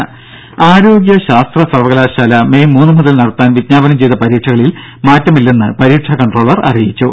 ദ്ദേ ആരോഗ്യശാസ്ത്ര സർവകലാശാല മെയ് മൂന്നു മുതൽ നടത്താൻ വിജ്ഞാപനം ചെയ്ത പരീക്ഷകളിൽ മാറ്റമില്ലെന്ന് പരീക്ഷാ കൺട്രോളർ അറിയിച്ചു